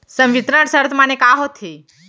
संवितरण शर्त माने का होथे?